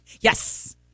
yes